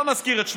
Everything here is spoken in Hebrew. לא נזכיר את שמו,